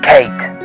Kate